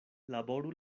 laboru